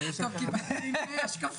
אתה יכול ליסוע בקורקינט,